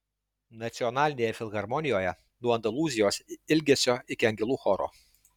nacionalinėje filharmonijoje nuo andalūzijos ilgesio iki angelų choro